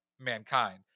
Mankind